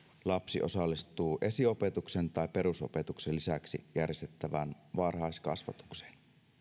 lapsi osallistuu esiopetuksen tai perusopetuksen lisäksi järjestettävään varhaiskasvatukseen